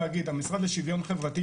בבתי סוהר ביטחוניים מחדירים בצורה חופשית.